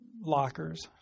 lockers